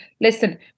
listen